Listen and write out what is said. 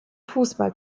fußball